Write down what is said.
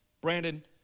Brandon